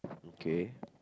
okay